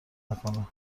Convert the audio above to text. نکنه